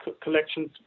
collections